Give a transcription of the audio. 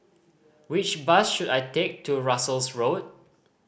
which bus should I take to Russels Road